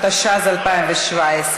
התשע"ז 2017,